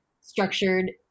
structured